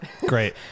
Great